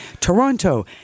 Toronto